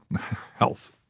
health